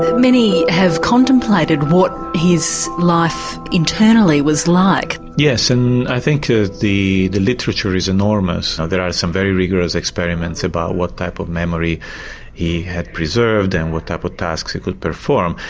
many have contemplated what his life internally was like. yes, and i think ah that the literature is enormous. there are some very rigorous experiments about what type of memory he had preserved and what type of tasks he could perform.